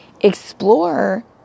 explore